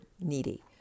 needy